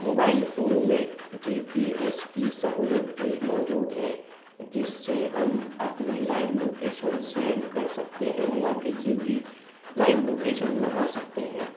mobile phone میں G P S کی سہولت بھی موجود ہے جس سے ہم اپنی لائیو لوکیشن سینڈ کر سکتے ہیں یا کسی کی لائیو لوکیشن منگا سکتے ہیں